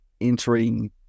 entering